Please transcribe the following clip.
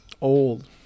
old